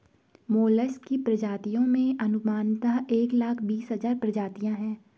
mollusc की प्रजातियों में अनुमानतः एक लाख बीस हज़ार प्रजातियां है